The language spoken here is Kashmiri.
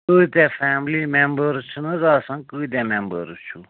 کۭتیٛاہ فیملی مٮ۪مبٲرٕس چھِنہٕ حظ آسان کۭتیٛاہ مٮ۪مبٲرٕس چھُو